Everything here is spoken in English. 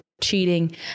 cheating